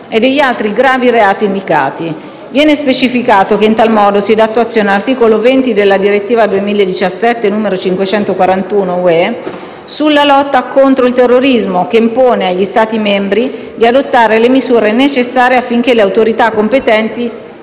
e degli altri gravi reati indicati. Viene specificato che in tal modo si dà attuazione all'articolo 20 della direttiva 2017/541/UE, sulla lotta contro il terrorismo, che impone agli Stati membri di adottare le misure necessarie affinché le autorità competenti